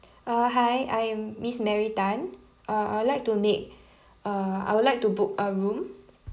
uh hi I am miss mary tan uh I would like to make uh I would like to book a room